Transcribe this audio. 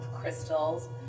crystals